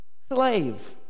slave